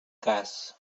cas